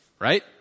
right